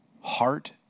heart